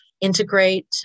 integrate